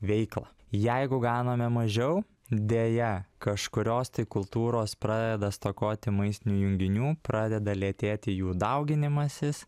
veiklą jeigu gauname mažiau deja kažkurios tai kultūros pradeda stokoti maistinių junginių pradeda lėtėti jų dauginimasis